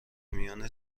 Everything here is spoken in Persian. میان